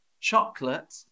chocolate